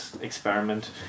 experiment